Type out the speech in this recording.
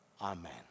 Amen